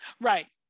Right